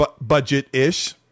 budget-ish